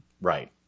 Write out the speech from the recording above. Right